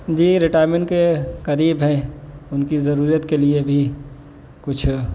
جی retirement کے قریب ہیں ان کی ضرورت کے لیے بھی کچھ